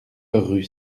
rue